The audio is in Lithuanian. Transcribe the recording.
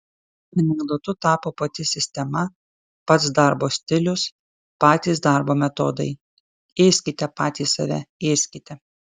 anekdotu tapo pati sistema pats darbo stilius patys darbo metodai ėskite patys save ėskite